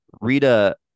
Rita